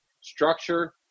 structure –